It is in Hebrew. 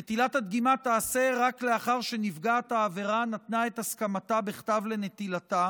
נטילת הדגימה תיעשה רק לאחר שנפגעת העבירה נתנה את הסכמתה בכתב לנטילתה